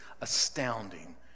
astounding